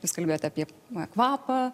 jūs kalbėjot apie naują kvapą